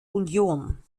union